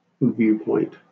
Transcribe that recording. viewpoint